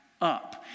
up